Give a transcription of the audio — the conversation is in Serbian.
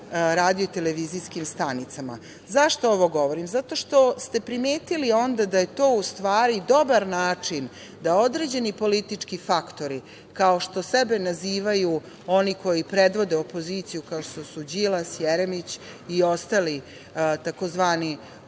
radio i televizijskim stanicama.Zašto ovo govorim? Zato što ste primetili da je to u stvari dobar način da određeni politički faktori, kao što sebe nazivaju oni koji predvode opoziciju, kao što su Đilas, Jeremić i ostali tzv.